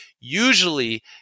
usually